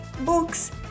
books